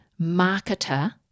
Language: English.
marketer